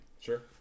Sure